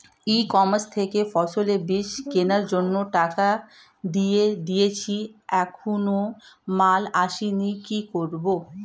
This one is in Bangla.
ই কমার্স থেকে ফসলের বীজ কেনার জন্য টাকা দিয়ে দিয়েছি এখনো মাল আসেনি কি করব?